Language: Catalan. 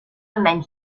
almenys